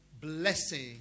blessing